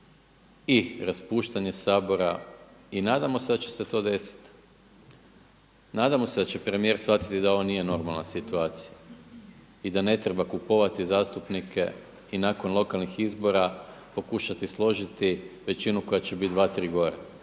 i raspuštanje Sabora. I nadamo se da će se to desiti. Nadamo se da će premijer shvatiti da ovo nije normalna situacija i da ne treba kupovati zastupnike i nakon lokalnih izbora pokušati složiti većinu koja će biti dva, tri